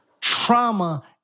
Trauma